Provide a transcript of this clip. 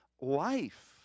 life